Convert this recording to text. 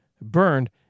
burned